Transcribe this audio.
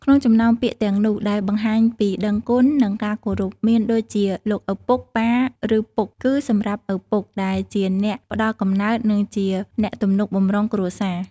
ក្នុងចំណោមពាក្យទាំងនោះដែលបង្ហាញពីដឹងគុណ និងការគោរព មានដូចជា លោកឪពុក ប៉ា ឬពុកគឺ សម្រាប់ឪពុក ដែលជាអ្នកផ្ដល់កំណើត និងជាអ្នកទំនុកបម្រុងគ្រួសារ។